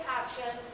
action